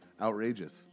outrageous